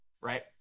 right